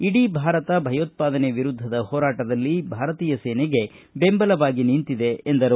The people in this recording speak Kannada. ಇಡೀ ಭಾರತ ಭಯೋತ್ಪಾದನೆ ವಿರುದ್ಧದ ಹೋರಾಟದಲ್ಲಿ ಭಾರತೀಯ ಸೇನೆಗೆ ಬೆಂಬಲವಾಗಿ ನಿಂತಿದೆ ಎಂದರು